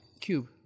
Cube